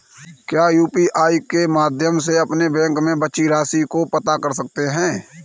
क्या यू.पी.आई के माध्यम से अपने बैंक में बची राशि को पता कर सकते हैं?